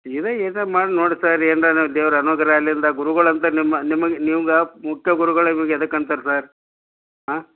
ನೀವೇ ಎದ ಮಾಡಿ ನೋಡಿರಿ ಸರ್ ಎನರನು ದೇವ್ರ ಅನುಗ್ರಹಲಿಂದ ಗುರುಗಳಂತ ನಿಮ್ಮ ನಿಮಗೆ ನಿಮ್ಗೆ ಮುಖ್ಯ ಗುರುಗಳು ನಿಮಗೆ ಎದಕಂತಾರೆ ಸರ್ ಹಾಂ